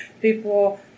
people